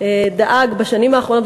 דאג בשנים האחרונות,